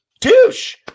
douche